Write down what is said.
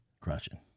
Crushing